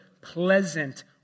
pleasant